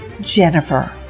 Jennifer